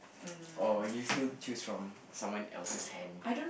oh you still choose from someone else's hand